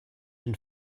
been